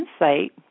insight